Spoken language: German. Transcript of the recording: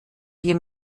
wir